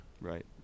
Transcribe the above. Right